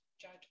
judge